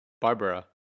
Barbara